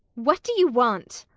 what do you want?